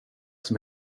som